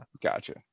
Gotcha